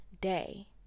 day